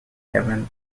heaven